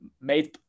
made